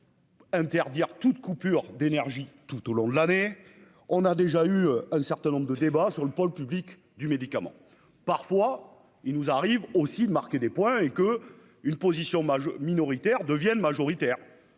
de.-- Interdire toute coupure d'énergie tout au long de l'année on a déjà eu un certain nombre de débats sur le pôle public du médicament. Parfois il nous arrive aussi de marquer des points et que une position minoritaire devienne majoritaire.